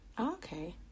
Okay